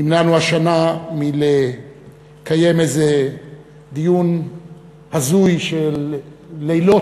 נמנענו השנה מלקיים איזה דיון הזוי של לילות,